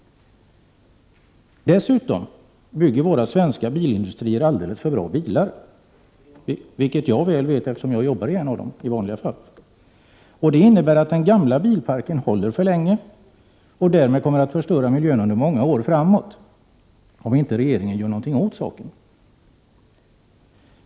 j », Höga och Ljungskile Dessutom bygger våra svenska bilindustrier alldeles för bra bilar, vilket jag vet mycket väl, eftersom jag i vanliga fall arbetar vid en av dessa industrier. Den gamla bilparken håller för länge och kommer därigenom att förstöra miljön under många år framåt, om inte regeringen gör något åt saken.